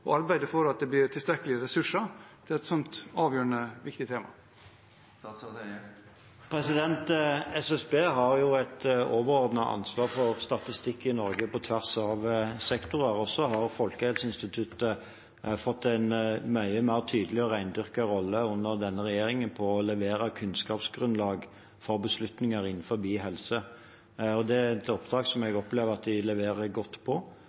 arbeide for at det blir tilstrekkelige ressurser til et slikt avgjørende viktig tema? SSB har jo et overordnet ansvar for statistikk i Norge, på tvers av sektorer. Folkehelseinstituttet har under denne regjeringen fått en tydeligere og mer rendyrket rolle i å levere kunnskapsgrunnlag for beslutninger innen helse. Det er et oppdrag som jeg opplever at de leverer godt på,